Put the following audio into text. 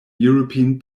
european